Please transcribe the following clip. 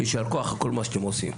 יישר כוח על כל מה שאתם עושים,